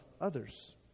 others